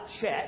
check